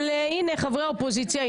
אבל הנה חברי האופוזיציה,